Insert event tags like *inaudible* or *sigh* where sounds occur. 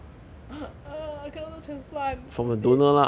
*noise* uh I cannot do transplant I'm dead *noise*